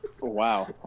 Wow